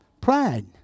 Pride